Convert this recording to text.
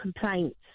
complaints